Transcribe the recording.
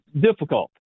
difficult